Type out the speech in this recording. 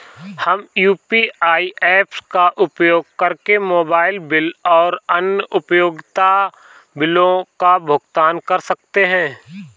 हम UPI apps का उपयोग करके मोबाइल बिल और अन्य उपयोगिता बिलों का भुगतान कर सकते हैं